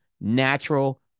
Natural